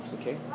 Okay